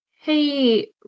Hey